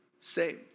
saved